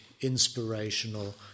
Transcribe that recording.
inspirational